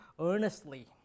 earnestly